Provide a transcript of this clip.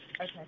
Okay